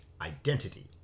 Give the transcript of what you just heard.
Identity